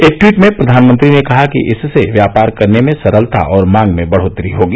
एक ट्वीट में प्रधानमंत्री ने कहा कि इससे व्यापार करने में सरलता और मांग में बढ़ोत्तरी होगी